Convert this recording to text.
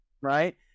right